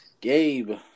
Gabe